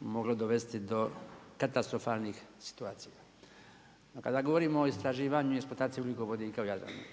moglo dovesti do katastrofalnih situacija. A kada govorimo o istraživanju i eksploataciji ugljikovodika u Jadranu,